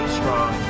strong